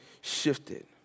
shifted